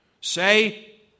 say